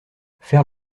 faire